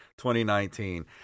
2019